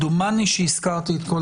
דומני שהזכרתי את כל